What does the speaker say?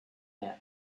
camp